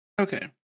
Okay